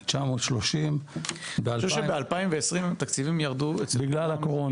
3,930,000. אני חושב שב-2020 תקציבים ירדו בגלל הקורונה.